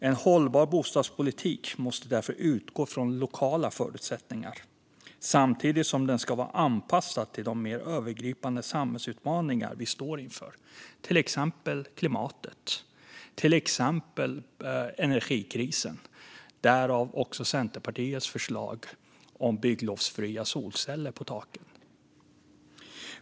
En hållbar bostadspolitik måste därför utgå från lokala förutsättningar, samtidigt som den ska vara anpassad till de mer övergripande samhällsutmaningar vi står inför, till exempel klimatet och energikrisen - därav också Centerpartiets förslag om bygglovsfria solceller på taken.